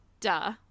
duh